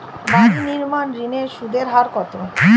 বাড়ি নির্মাণ ঋণের সুদের হার কত?